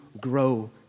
grow